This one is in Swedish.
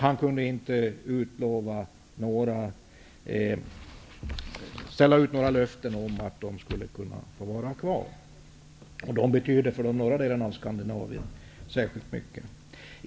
Han kunde inte ge några löften om att de skall få vara kvar. De betyder särskilt mycket för de norra delarna av Skandinavien.